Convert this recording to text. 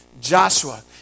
Joshua